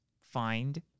find